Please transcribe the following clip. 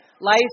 life